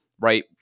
right